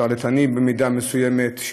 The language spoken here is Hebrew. שרלטני במידה מסוימת,